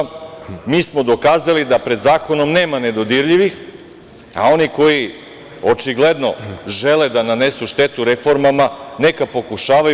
Mi smo dokazali da pred zakonom nema nedodirljivih, a oni koji očigledno žele da nanesu štetu reformama, neka pokušavaju.